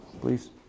please